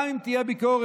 גם אם תהיה ביקורת